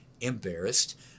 embarrassed